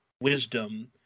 wisdom